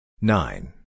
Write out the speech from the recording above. nine